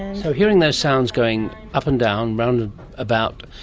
so hearing those sounds going up and down, round about,